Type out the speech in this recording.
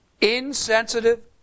Insensitive